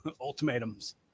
ultimatums